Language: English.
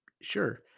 Sure